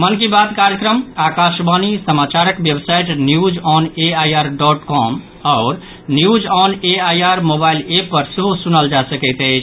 मन की बात कार्यक्रम आकाशवाणी समाचारक वेबसाइट न्यूनऑनएआईआर डॉट कॉम आओर न्यूजऑनएआईआर मोबाइल एप पर सेहो सुनल जा सकैत अछि